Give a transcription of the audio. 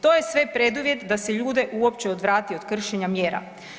To je sve preduvjet da se ljude uopće odvrati od kršenja mjera.